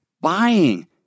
buying